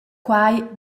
quai